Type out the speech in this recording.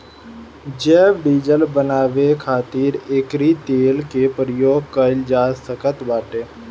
जैव डीजल बानवे खातिर एकरी तेल के प्रयोग कइल जा सकत बाटे